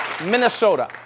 Minnesota